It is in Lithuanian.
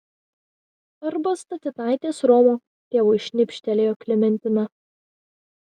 arba statinaitės romo tėvui šnipštelėjo klementina